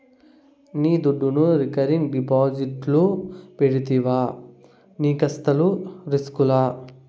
నీ దుడ్డును రికరింగ్ డిపాజిట్లు పెడితివా నీకస్సలు రిస్కులా